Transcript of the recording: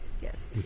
Yes